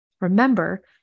remember